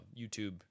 YouTube